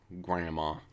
grandma